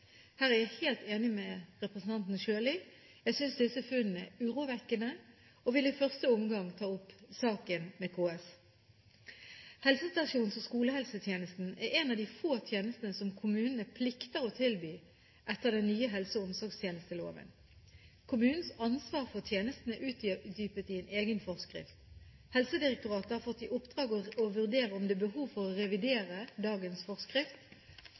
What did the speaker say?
Her er jeg helt enig med representanten Sjøli. Jeg synes disse funnene er urovekkende, og vil i første omgang ta opp saken med KS. Helsestasjons- og skolehelsetjenesten er en av de få tjenestene som kommunene plikter å tilby etter den nye helse- og omsorgstjenesteloven. Kommunens ansvar for tjenesten er utdypet i en egen forskrift. Helsedirektoratet har fått i oppdrag å vurdere om det er behov for å revidere dagens forskrift.